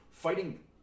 Fighting